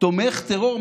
תומך טרור?